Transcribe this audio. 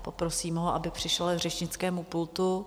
Poprosím ho, aby přišel k řečnickému pultu.